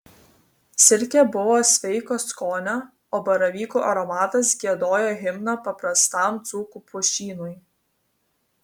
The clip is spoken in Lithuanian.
silkė buvo sveiko skonio o baravykų aromatas giedojo himną paprastam dzūkų pušynui